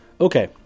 Okay